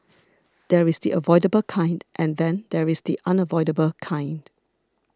there is the avoidable kind and then there is the unavoidable kind